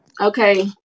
okay